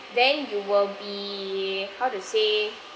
then you will be how to say